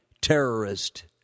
terrorist